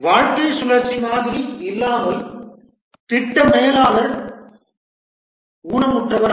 வாழ்க்கை சுழற்சி மாதிரி இல்லாமல் திட்ட மேலாளர் ஊனமுற்றவர்